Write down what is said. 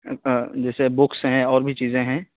جیسے بکس ہیں اور بھی چیزیں ہیں